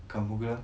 kampong glam